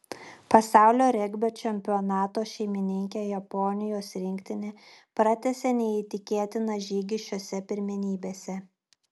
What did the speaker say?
pasaulio regbio čempionato šeimininkė japonijos rinktinė pratęsė neįtikėtiną žygį šiose pirmenybėse